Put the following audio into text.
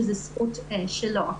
שזו זכות שלו.